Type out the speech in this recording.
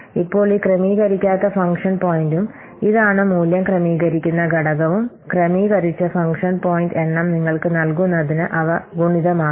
ഇപ്പോൾ ഈ ക്രമീകരിക്കാത്ത ഫംഗ്ഷൻ പോയിന്റും ഇതാണ് മൂല്യം ക്രമീകരിക്കുന്ന ഘടകവും ക്രമീകരിച്ച ഫംഗ്ഷൻ പോയിന്റ് എണ്ണം നിങ്ങൾക്ക് നൽകുന്നതിന് അവ ഗുണിതമാകും